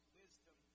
wisdom